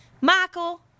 Michael